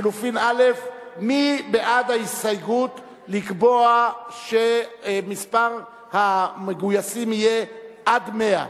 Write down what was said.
חלופין א': מי בעד ההסתייגות לקבוע שמספר המגויסים יהיה עד 100,